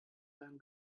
done